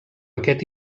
aquest